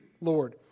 Lord